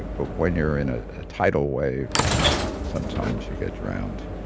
but when you're in a tidal wave sometimes you get drowned.